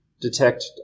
detect